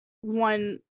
one